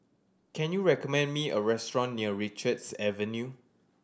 can you recommend me a restaurant near Richards Avenue